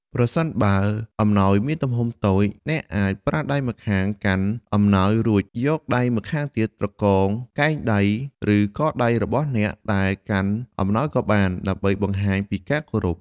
ប្រសិនបើអំណោយមានទំហំតូច អ្នកអាចប្រើដៃម្ខាងកាន់អំណោយ រួចយកដៃម្ខាងទៀតត្រកងកែងដៃ ឬកដៃរបស់អ្នកដែលកាន់អំណោយក៏បាន ដើម្បីបង្ហាញពីការគោរព។